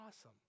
awesome